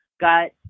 got